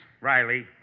Riley